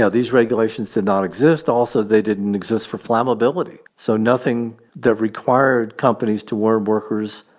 so these regulations did not exist. also, they didn't exist for flammability. so nothing that required companies to warn workers,